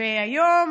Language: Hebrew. היום,